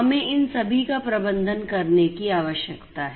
हमें इन सभी का प्रबंधन करने की आवश्यकता है